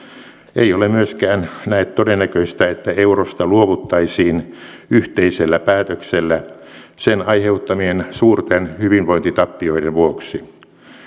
ei ole myöskään näet todennäköistä että eurosta luovuttaisiin yhteisellä päätöksellä sen aiheuttamien suurten hyvinvointitappioiden vuoksi